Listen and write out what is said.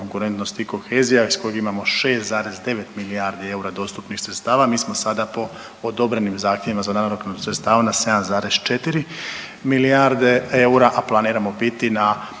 Konkurentnost i kohezija iz kojeg imamo 6,9 milijardi eura dostupnih sredstava, mi smo sada po odobrenim zahtjevima za nadoknadu sredstava na 7,4 milijarde eura, a planiramo biti na